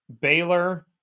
Baylor